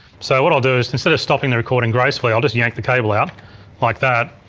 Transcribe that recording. so what i'll do is instead of stopping the recording gracefully i'll just yank the cable out like that.